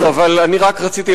אבל אני רק רציתי,